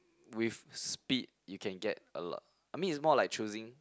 with speed you can get a lot I mean is more like choosing